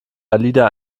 alida